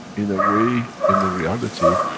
in a way, in a reality,